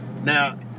Now